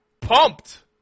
Pumped